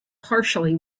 partially